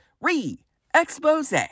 Re-expose